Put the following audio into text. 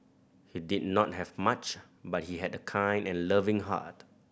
he did not have much but he had a kind and loving heart